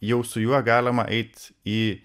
jau su juo galima eit į